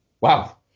Wow